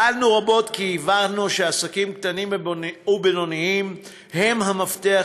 פעלנו רבות כי הבנו שעסקים קטנים ובינוניים הם המפתח